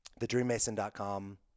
thedreammason.com